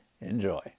Enjoy